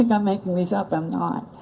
like i'm making this up? i'm not.